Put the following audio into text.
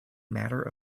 matter